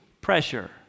pressure